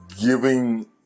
giving